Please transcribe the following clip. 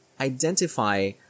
Identify